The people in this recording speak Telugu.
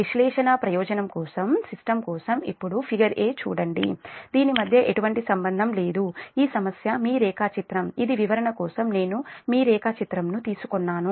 విశ్లేషణ ప్రయోజనం కోసం సిస్టమ్ కోసం ఇప్పుడు ఫిగర్ ఎ చూడండి దీని మధ్య ఎటువంటి సంబంధం లేదు ఈ సమస్య మీ రేఖాచిత్రం ఇది వివరణ కోసం నేను మీ రేఖాచిత్రం ను తీసుకున్నాను